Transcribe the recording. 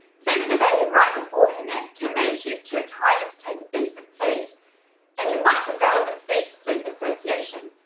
feeding a baby right before her nap can mean she is too tired to take a decent feed and you might develop a feed-to-sleep association,